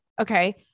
Okay